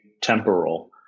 temporal